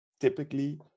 typically